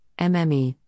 MME